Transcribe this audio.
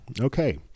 Okay